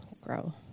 grow